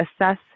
assess